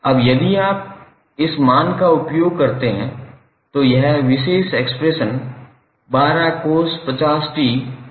अब यदि आप इस मान का उपयोग करते हैं तो यह विशेष एक्सप्रेशन 12cos50𝑡−10−90 हो जायेगा